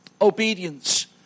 Obedience